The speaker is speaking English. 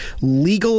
legal